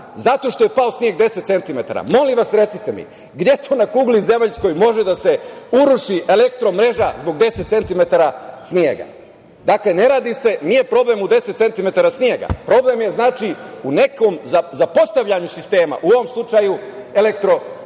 zato što je pao sneg 10 cm. Molim vas, recite mi, gde to na kugli zemaljskoj može da se uruši elektro-mreža zbog 10 cm snega? Dakle, nije problem u 10 cm snega, problem je u nekom zapostavljanju sistema, u ovom slučaju elektro-distribucije.